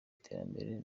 iterambere